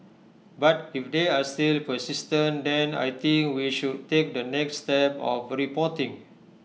but if they are still persistent then I think we should take the next step of reporting